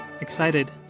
Excited